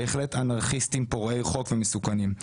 בהחלט אנרכיסטים פורעי חוק ומסוכנים.